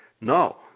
no